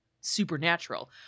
supernatural